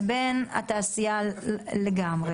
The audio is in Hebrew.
לבין התעשייה לגמרי.